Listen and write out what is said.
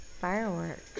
fireworks